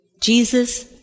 Jesus